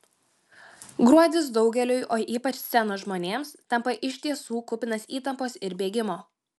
gruodis daugeliui o ypač scenos žmonėms tampa iš tiesų kupinas įtampos ir bėgimo